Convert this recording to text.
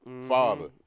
father